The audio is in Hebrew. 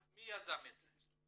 אז מי יזם את זה?